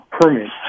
permits